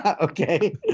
Okay